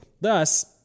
Thus